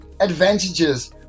advantages